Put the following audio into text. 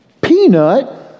peanut